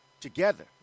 together